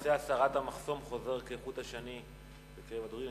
נושא הסרת המחסום חוזר כחוט השני אצל הדוברים.